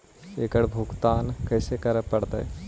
एकड़ भुगतान कैसे करे पड़हई?